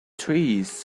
trees